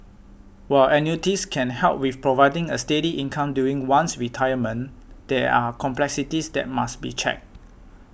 while annuities can help with providing a steady income during one's retirement there are complexities that must be checked